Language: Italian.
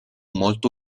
molto